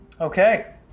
Okay